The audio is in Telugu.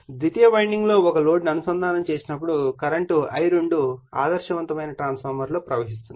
ద్వితీయ వైండింగ్ లో ఒక లోడ్ ను అనుసంధానం చేసినప్పుడు కరెంట్ I2 ఆదర్శవంతమైన ట్రాన్స్ఫార్మర్లో ప్రవహిస్తుంది